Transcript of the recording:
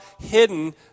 hidden